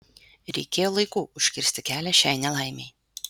reikėjo laiku užkirsti kelią šiai nelaimei